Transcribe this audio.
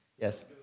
Yes